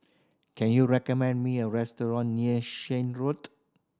can you recommend me a restaurant near Shan Road